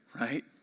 Right